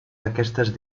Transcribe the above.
aquestes